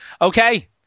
Okay